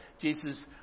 Jesus